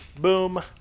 boom